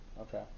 okay